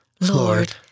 Lord